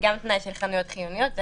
תנאי של חנויות חיוניות.